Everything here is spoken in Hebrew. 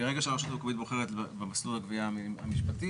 ברגע שרשות מקומית בוחרת במסלול הגבייה המשפטי,